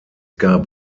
gab